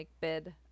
bid